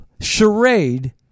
charade